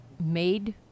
made